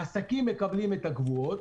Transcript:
העסקים מקבלים את ההוצאות הקבועות.